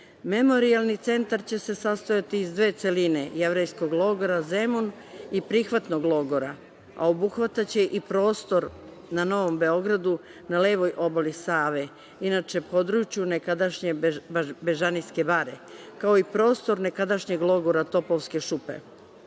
logoru. Memorijalni centar će se sastojati iz dve celine: „Jevrejskog logora Zemun“ i „Prihvatnog logora“, a obuhvataće i prostor na Novom Beogradu, na levoj obali Save, inače području nekadašnje Bežanijske bare, kao i prostor nekadašnjeg logora „Topovske